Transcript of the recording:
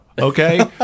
Okay